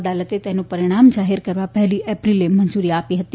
અદાલતે તેનું પરિણામ જાહેર કરવા પહેલી એપ્રિલે મંજૂરી આપી હતી